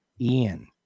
Ian